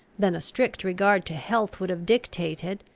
than a strict regard to health would have dictated,